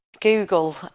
Google